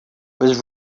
was